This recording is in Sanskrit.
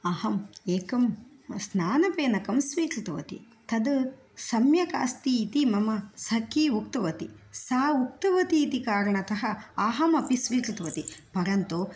अहम् एकं स्नानफेनकं स्वाकृतवती तद् सम्यक् अस्ति इति मम सखी उक्तवती सा उक्तवती इति कारणातः अहमपि स्वीकृतवती परन्तु